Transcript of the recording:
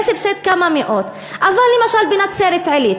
זה סבסד כמה מאות, אבל למשל בנצרת-עילית,